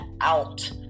out